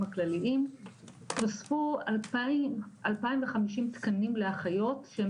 הכלליים נוספו אלפיים וחמישים תקנים לאחיות שהם